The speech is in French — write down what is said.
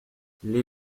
les